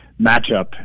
matchup